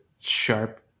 sharp